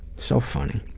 so funny.